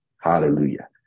Hallelujah